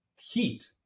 heat